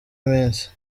iminsi